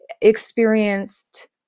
experienced